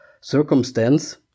circumstance